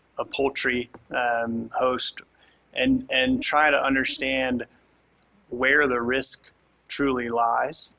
a poultry um host and and try to understand where the risk truly lies.